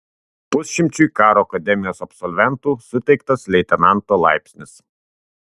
pusšimčiui karo akademijos absolventų suteiktas leitenanto laipsnis